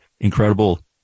incredible